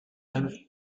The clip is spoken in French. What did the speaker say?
mêmes